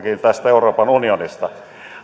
tästä euroopan unionista